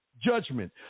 judgment